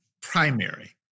Primary